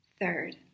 Third